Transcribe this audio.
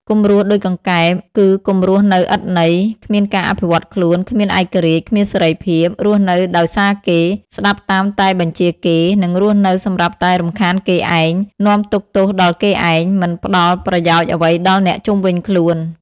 កុំរស់ដូចកង្កែប គឺកុំរស់នៅឥតន័យ គ្មានការអភិវឌ្ឍខ្លួន គ្មានឯករាជ្យ គ្មានសេរីភាព រស់នៅដោយសារគេ ស្តាប់តាមតែបញ្ជារគេ និងរស់នៅសម្រាប់តែរំខានគេឯង នាំទុក្ខទោសដល់គេឯង មិនផ្តល់ប្រយោជន៍អ្វីដល់អ្នកជុំវិញខ្លួន ។